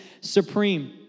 supreme